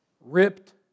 ripped